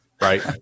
Right